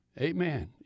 Amen